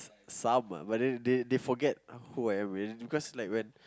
some ah but then they they forget who am I already because like when